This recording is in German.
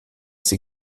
sie